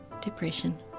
depression